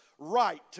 Right